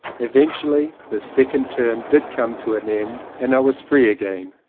eventually this second term did come to an end and i was free again.